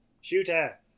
Shooter